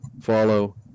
follow